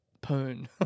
Poon